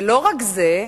ולא רק זה,